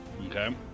Okay